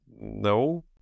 no